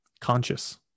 conscious